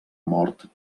mort